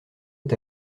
est